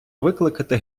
викликати